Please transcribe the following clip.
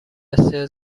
بسیار